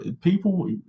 people